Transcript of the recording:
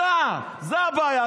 אתה זה הבעיה.